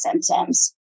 symptoms